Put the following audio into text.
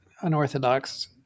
unorthodox